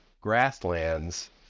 grasslands